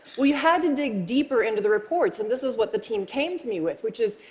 well, you had to dig deeper into the reports, and this is what the team came to me with, which is,